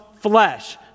flesh